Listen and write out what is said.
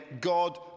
God